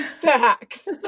facts